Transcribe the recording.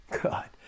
God